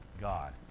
God